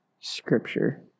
scripture